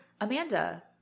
Amanda